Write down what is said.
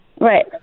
right